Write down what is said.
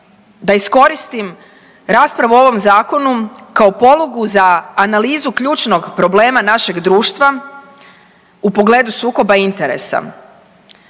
da iskoristim raspravu o ovom zakonu kao polugu za analizu ključnog problema našeg društva, u pogledu sukoba interesa.